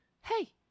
hey